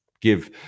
give